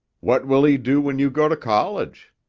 what will he do when you go to college?